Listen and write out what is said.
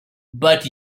but